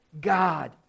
God